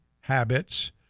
habits